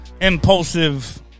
impulsive